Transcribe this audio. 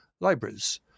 libraries